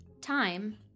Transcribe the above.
time